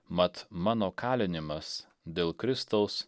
mat mano kalinimas dėl kristaus